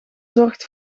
zorgt